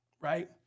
right